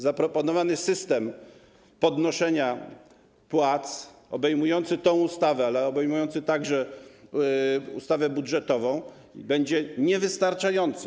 Zaproponowany system podnoszenia płac obejmujący tę ustawę, ale obejmujący także ustawę budżetową, będzie niewystarczający.